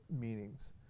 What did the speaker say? meanings